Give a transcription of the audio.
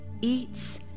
eats